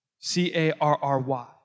C-A-R-R-Y